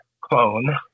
clone